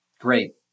Great